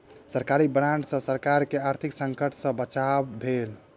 सरकारी बांड सॅ सरकार के आर्थिक संकट सॅ बचाव भेल